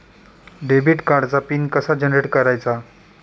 Debit कार्डचा pin कसा generate करायचा?